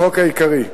לחוק העיקרי.